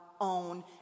own